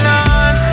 on